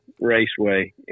Raceway